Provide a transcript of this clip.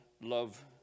love